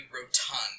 rotund